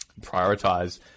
prioritize